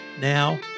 now